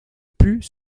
put